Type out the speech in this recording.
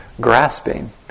grasping